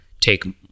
take